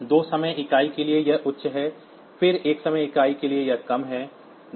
दो समय इकाई के लिए यह उच्च है फिर एक समय इकाई के लिए यह कम है